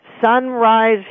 Sunrise